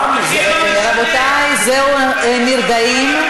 מה, רבותי, זהו, נרגעים.